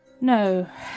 No